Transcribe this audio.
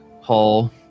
hall